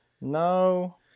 no